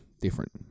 different